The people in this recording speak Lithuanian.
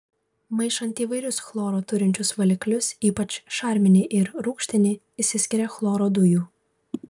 maišant įvairius chloro turinčius valiklius ypač šarminį ir rūgštinį išsiskiria chloro dujų